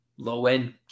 Low-end